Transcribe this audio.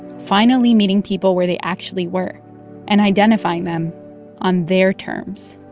finally meeting people where they actually work and identifying them on their terms